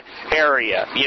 area